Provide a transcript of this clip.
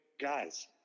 guys